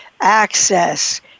access